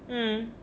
mm